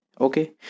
Okay